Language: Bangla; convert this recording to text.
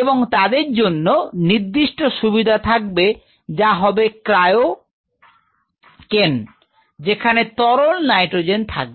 এবং তাদের জন্য নির্দিষ্ট সুবিধা থাকবে যা হবে ক্রায়ো কেন যেখানে তরল নাইট্রোজেন থাকবে